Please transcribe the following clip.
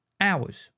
hours